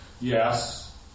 Yes